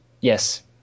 Yes